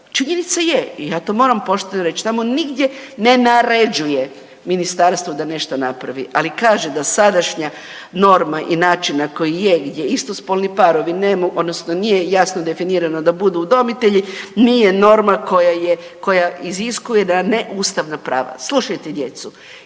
Činjenica je i ja to moram pošteno reći, tamo nigdje ne naređuje ministarstvo da nešto napravi, ali kaže da sadašnja norma i način na koji je gdje istospolni parovi ne mogu odnosno nije jasno definirano da budu udomitelji nije norma koja je, koja iziskuje da neustavna prava. Slušajte djecu,